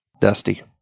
Dusty